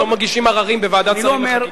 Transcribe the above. לא מגישים עררים בוועדת שרים לחקיקה.